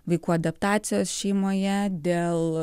vaikų adaptacijos šeimoje dėl